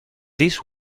this